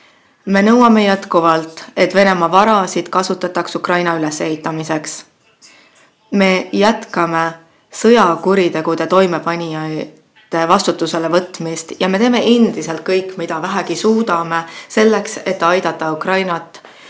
Me nõuame jätkuvalt, et Venemaa varasid kasutataks Ukraina ülesehitamiseks. Me jätkame sõjakuritegude toimepanijate vastutusele võtmist ja teeme endiselt kõik, mida vähegi suudame, et aidata Ukrainat